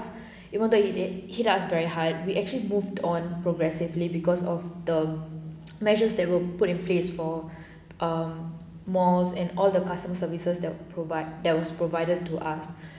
even though it hit us very hard we actually moved on progressively because of the measures that were put in place for um malls and all the customer services that provide that was provided to us